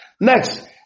Next